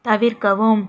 தவிர்க்கவும்